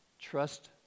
Trust